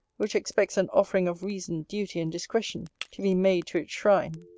which expects an offering of reason, duty, and discretion, to be made to its shrine!